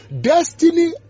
destiny